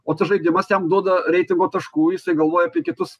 o tas žaidimas jam duoda reitingo taškų jisai galvoja apie kitus